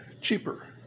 cheaper